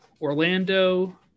Orlando